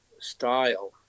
style